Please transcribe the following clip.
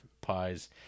pies